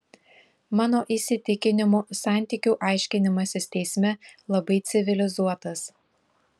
mano įsitikinimu santykių aiškinimasis teisme labai civilizuotas